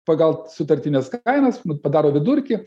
pagal sutartines kainas padaro vidurkį